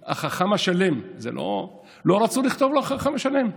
לא רצו לכתוב לו "החכם השלם".